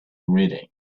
reading